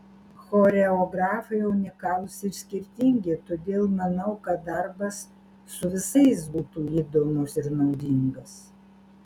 choreografai unikalūs ir skirtingi todėl manau kad darbas su visais būtų įdomus ir naudingas